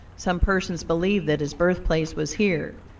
some persons believe that his birthplace was here.